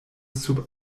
sub